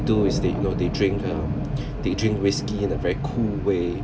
do is they you know they drink a they drink whisky in a very cool way